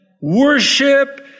worship